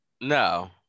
No